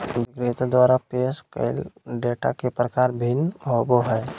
विक्रेता द्वारा पेश कइल डेटा के प्रकार भिन्न होबो हइ